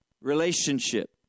Relationship